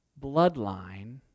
bloodline